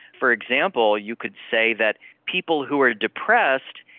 for example, you could say that people who are depressed,